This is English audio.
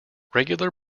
regular